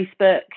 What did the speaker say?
Facebook